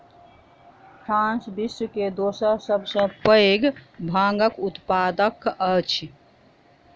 France विश्व के दोसर सभ सॅ पैघ भांगक उत्पादक अछि